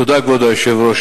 תודה, כבוד היושב-ראש.